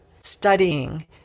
studying